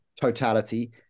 totality